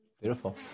Beautiful